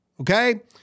Okay